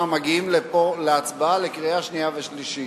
מגיעים לפה להצבעה לקריאה שנייה ושלישית,